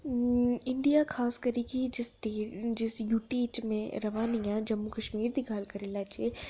India खासकरी कि जिस टी जिस यूटी च में र'वै निं आं जम्मू कश्मीर दी गल्ल करी लैह्चे